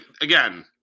again